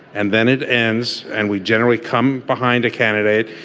and then it ends and we generally come behind a candidate.